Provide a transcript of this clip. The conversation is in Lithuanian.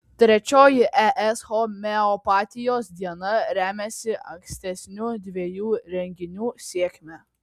trečioji es homeopatijos diena remiasi ankstesnių dviejų renginių sėkme